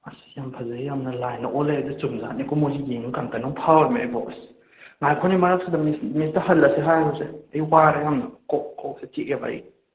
ꯑꯁ ꯌꯥꯝ ꯐꯖꯩꯌꯦ ꯌꯥꯝꯅ ꯂꯥꯏꯅ ꯑꯣꯂꯛꯑꯦꯗꯣ ꯆꯨꯝꯖꯥꯠꯅꯤꯀꯣ ꯃꯣꯏꯁꯤ ꯌꯦꯡꯂꯨꯀꯥꯟꯗ ꯀꯩꯅꯣꯝ ꯐꯥꯎꯋꯦꯃꯦ ꯑꯩꯕꯣ ꯑꯁ ꯉꯥꯏꯈꯣꯅꯦ ꯃꯔꯛꯁꯤꯗ ꯃꯤꯁ ꯃꯤꯁꯇ ꯍꯜꯂꯁꯦ ꯍꯥꯏꯔꯨꯔꯁꯦ ꯑꯩ ꯋꯥꯔꯦ ꯌꯥꯝꯅ ꯀꯣꯛ ꯀꯣꯛꯁꯦ ꯆꯤꯛꯑꯦꯕ ꯑꯩ